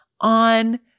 on